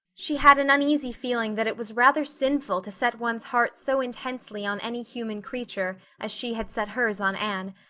she had an uneasy feeling that it was rather sinful to set one's heart so intensely on any human creature as she had set hers on anne,